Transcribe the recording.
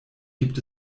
gibt